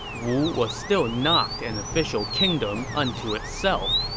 wu was still not an official kingdom unto itself.